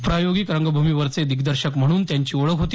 प्रायोगिक रंगभूमीवरचे दिग्दर्शक म्हणून त्यांची ओळख होती